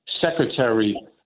secretary